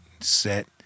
set